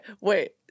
wait